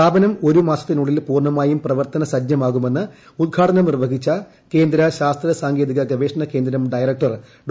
സ്ഥാപനം ഒരു മാസത്തിനുള്ളിൽ പൂർണ്ണമായും പ്രവർത്തന സജ്ജമാകുമെന്ന് ഉദ്ഘാടനം നിർവ്വഹിച്ച കേന്ദ്ര ശാസ്ത്ര സാങ്കേതിക ഗവേഷണ കേന്ദ്രം ഡയറക്ടർ ഡോ